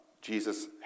Jesus